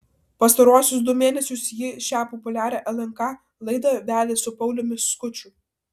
pastaruosius du mėnesius ji šią populiarią lnk laidą vedė su pauliumi skuču